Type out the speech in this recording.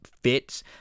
Fits